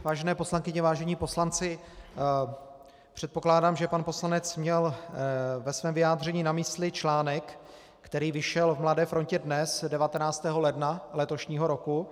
Vážené poslankyně, vážení poslanci, předpokládám, že pan poslanec měl ve svém vyjádření na mysli článek, který vyšel v Mladé frontě Dnes 19. ledna letošního roku.